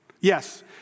Yes